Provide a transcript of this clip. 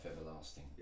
everlasting